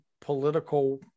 political